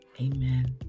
amen